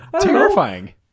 terrifying